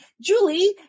Julie